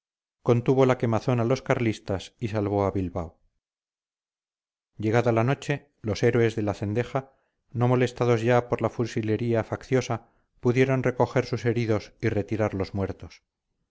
ii contuvo la quemazón a los carlistas y salvó a bilbao llegada la noche los héroes de la cendeja no molestados ya por la fusilería facciosa pudieron recoger sus heridos y retirar los muertos